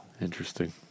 Interesting